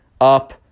Up